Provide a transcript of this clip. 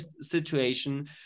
situation